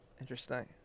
Interesting